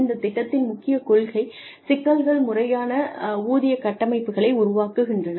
இந்த திட்டத்தின் முக்கிய கொள்கை சிக்கல்கள் முறையான ஊதிய கட்டமைப்புகளை உருவாக்குகின்றன